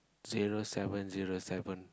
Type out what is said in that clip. zero seven zero seven